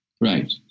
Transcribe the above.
Right